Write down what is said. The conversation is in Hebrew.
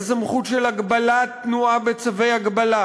את הסמכות של הגבלת תנועה בצווי הגבלה,